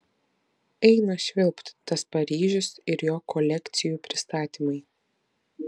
eina švilpt tas paryžius ir jo kolekcijų pristatymai